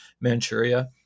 Manchuria